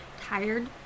tired